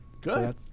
Good